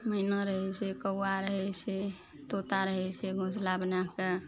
मैना रहय छै कौआ रहय छै तोता रहय छै घोसला बनायके